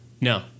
No